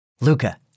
Luca